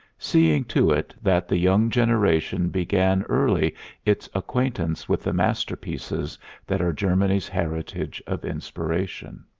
seeing to it that the young generation began early its acquaintance with the masterpieces that are germany's heritage of inspiration.